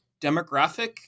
demographic